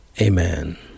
Amen